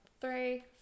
Three